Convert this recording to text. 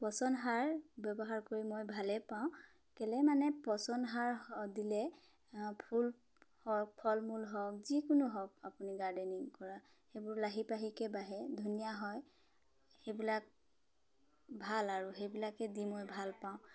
পচন সাৰ ব্যৱহাৰ কৰি মই ভালেই পাওঁ কেলৈ মানে পচন সাৰ দিলে ফুল হওক ফল মূল হওক যিকোনো হওক আপুনি গাৰ্ডেনিং কৰা সেইবোৰ লাহি পাহিকৈ বাঢ়ে ধুনীয়া হয় সেইবিলাক ভাল আৰু সেইবিলাকে দি মই ভাল পাওঁ